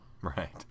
Right